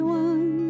one